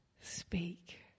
Speak